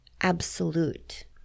absolute